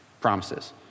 promises